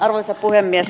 arvoisa puhemies